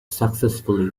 successfully